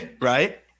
right